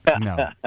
No